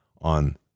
on